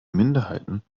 minderheiten